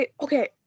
Okay